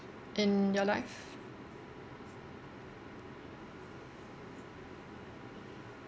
in your life